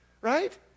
right